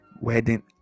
wedding